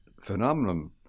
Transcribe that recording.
phenomenon